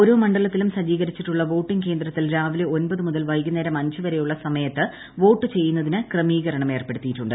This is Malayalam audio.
ഓരോ മണ്ഡലത്തിലും സജ്ജീകരിച്ചിട്ടുള്ള വോട്ടിംഗ് കേന്ദ്രത്തിൽ രാവിലെ ഒൻപത് മുതൽ വൈകുന്നേരം അഞ്ചുവരെയുള്ള സമയത്ത് വോട്ടു ചെയ്യുന്നതിന് ക്രമീകരണം ഏർപ്പെടുത്തിയിട്ടുണ്ട്